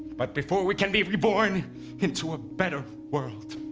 but before we can be reborn into a better world